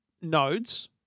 nodes